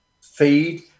feed